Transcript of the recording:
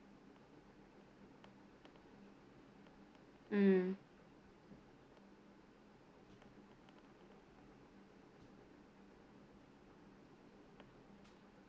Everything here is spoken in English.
mm